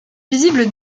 visible